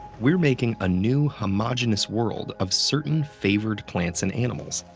we're making a new homogenous world of certain favored plants and animals,